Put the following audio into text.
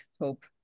Hope